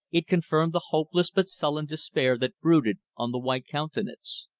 it confirmed the hopeless but sullen despair that brooded on the white countenance.